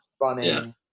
running